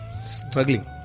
struggling